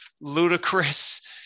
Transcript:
ludicrous